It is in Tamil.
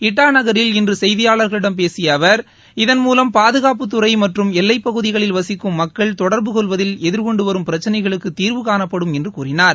இட்டா நகரில் இன்று செசெய்தியாளர்களிடம் பேசிய அவர் இதன்மூலம் பாதுகாப்புத்துறை மற்றும் எல்லைப்பகுதிகளில் வசிக்கும் மக்கள் தொடர்புகொள்வதில் எதிர்கொண்டு வரும் பிரச்சிளைகளுக்கு தீர்வு காணப்படும் என்று கூறினார்